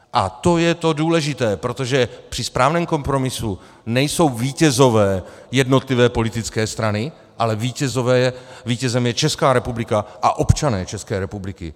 A to je to důležité, protože při správném kompromisu nejsou vítězové jednotlivé politické strany, ale vítězem je Česká republika a občané České republiky.